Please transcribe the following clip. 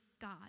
God